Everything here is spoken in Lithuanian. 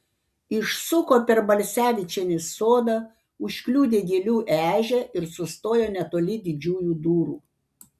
išsuko per balsevičienės sodą užkliudė gėlių ežią ir sustojo netoli didžiųjų durų